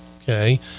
okay